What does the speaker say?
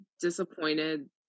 disappointed